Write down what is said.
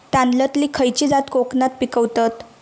तांदलतली खयची जात कोकणात पिकवतत?